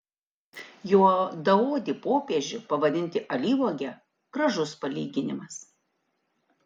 juodaodį popiežių pavadinti alyvuoge gražus palyginimas